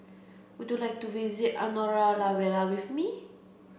would you like to visit Andorra La Vella with me